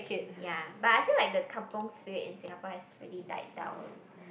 ya but I feel like the kampung Spirit in Singapore has really died down